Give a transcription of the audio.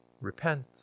repent